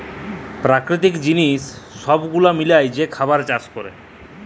পেরাকিতিক জিলিস ছব গুলা মিলায় যে খাবার চাষ ক্যরে